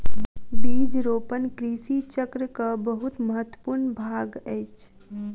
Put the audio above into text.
बीज रोपण कृषि चक्रक बहुत महत्वपूर्ण भाग अछि